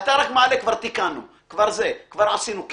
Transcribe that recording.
אתה רק מעלה, כבר תיקנו, כבר זה, כבר עשינו.